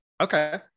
Okay